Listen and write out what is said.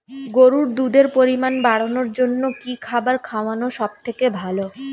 গরুর দুধের পরিমাণ বাড়ানোর জন্য কি খাবার খাওয়ানো সবথেকে ভালো?